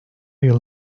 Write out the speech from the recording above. yıl